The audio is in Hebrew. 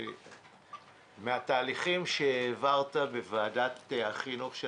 מהתהליכים שהעברת בוועדת החינוך של